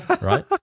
Right